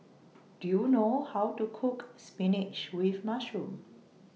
Do YOU know How to Cook Spinach with Mushroom